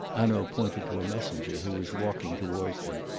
hanaud pointed to a messenger who was walking towards them.